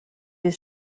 his